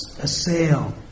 Assail